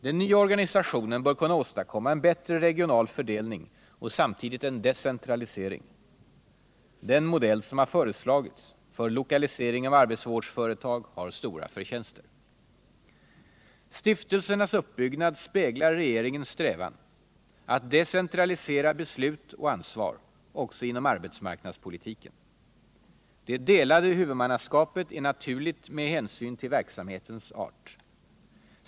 Den nya organisationen bör kunna åstadkomma en bättre regional fördelning och samtidigt en decentralisering. Den modell som föreslagits för lokalisering av arbetsvårdsföretag har stora förtjänster. Stiftelsernas uppbyggnad speglar regeringens strävan att decentralisera beslut och ansvar också inom arbetsmarknadspolitiken. Det delade huvudmannaskapet är naturligt med hänsyn till verksamhetens art.